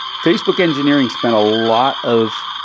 facebook engineering spend a lot of